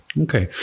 Okay